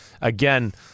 Again